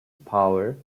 power